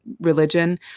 religion